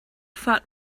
fought